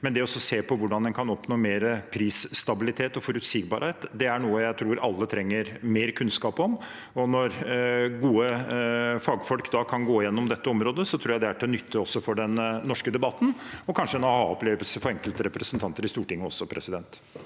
ulike miljøer. Hvordan en kan oppnå mer prisstabilitet og forutsigbarhet, er noe jeg tror alle trenger mer kunnskap om. Når gode fagfolk da kan gå gjennom dette området, tror jeg det er til nytte også for den norske debatten – og kanskje også en aha-opplevelse for enkelte representanter i Stortinget. Presidenten